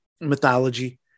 mythology